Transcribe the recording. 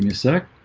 and sec